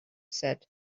said